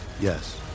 Yes